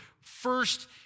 first